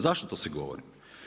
Zašto to sve govorim?